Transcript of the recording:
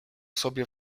sobie